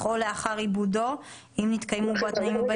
או לאחר עיבודו אם יתקיימו בו התנאים הבאים?